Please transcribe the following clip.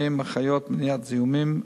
40 אחיות למניעת זיהומים,